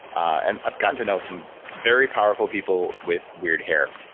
and i've gotten to know some very powerful people with weird hair